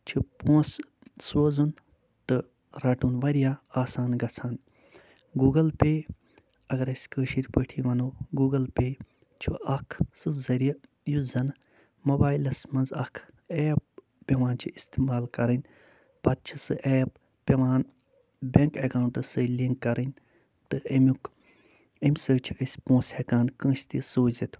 چھِ پونٛسہٕ سوزُن تہٕ رَٹُن واریاہ آسان گژھان گوٗگٕل پے اگر اَسہِ کٲشِر پٲٹھی وَنَو گوٗگٕل پے چھُ اَکھ سُہ ذٔریعہٕ یُس زَنہٕ موبایِلَس منٛز اَکھ ایپ پٮ۪وان چھِ اِستعمال کَرٕنۍ پتہٕ چھِ سُہ ایپ پٮ۪وان بٮ۪نٛک اٮ۪کاونٛٹَس سۭتۍ لِنٛگ کَرٕنۍ تہٕ اَمیُک اَمہِ سۭتۍ چھِ أسۍ پونٛسہٕ ہٮ۪کان کٲنٛسہِ تہِ سوٗزِتھ